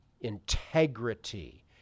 integrity